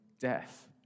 Death